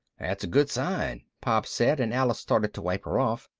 that's a good sign, pop said and alice started to wipe her off.